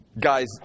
guys